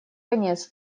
конец